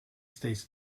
states